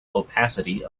opacity